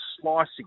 slicing